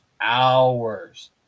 hours